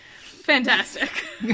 Fantastic